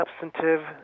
substantive